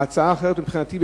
ההצעה האחרת מבחינתי,